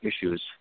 issues